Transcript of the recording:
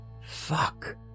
Fuck